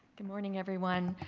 good morning everyone.